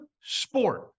sport